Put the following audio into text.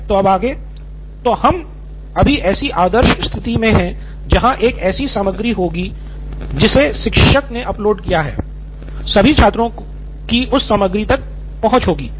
सिद्धार्थ मटूरी तो हम अभी ऐसी आदर्श स्थिति में हैं जहाँ एक ऐसी सामग्री होगी जिसे शिक्षक ने अपलोड किया है सभी छात्रों की उस सामग्री तक पहुँच होगी